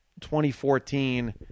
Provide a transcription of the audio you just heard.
2014